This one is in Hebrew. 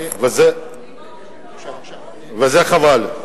וזה חבל.